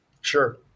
sure